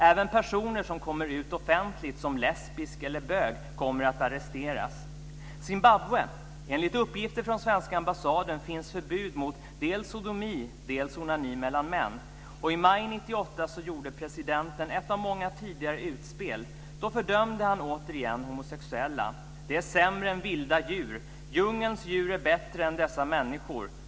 Även personer som kommer ut offentligt som lesbisk eller bög kommer att arresteras. I Zimbabwe finns det, enligt uppgifter från svenska ambassaden, förbud dels mot sodomi, dels mot onani mellan män. I maj 1998 gjorde presidenten ett utspel, efter många tidigare, då han återigen fördömde homosexuella. De är sämre än vilda djur, sade han. Djungelns djur är bättre än dessa människor.